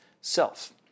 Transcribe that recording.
self